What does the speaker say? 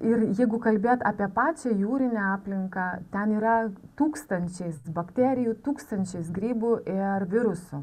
ir jeigu kalbėt apie pačią jūrinę aplinką ten yra tūkstančiais bakterijų tūkstančiais grybų ir virusų